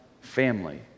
family